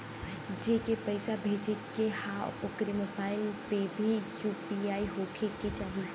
जेके पैसा भेजे के ह ओकरे मोबाइल मे भी यू.पी.आई होखे के चाही?